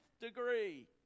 degree